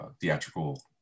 theatrical